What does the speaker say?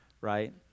right